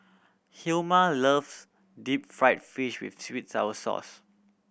Hilmer loves deep fried fish with sweet sour sauce